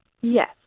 Yes